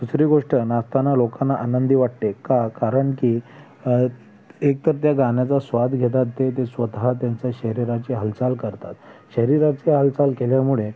दुसरी गोष्ट नाचताना लोकांना आनंदी वाटते का कारण की एक तर त्या गाण्याचा स्वाद घेतात ते ते स्वतः त्यांच्या शरीराची हालचाल करतात शरीराची हालचाल केल्यामुळे